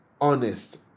honest